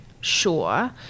sure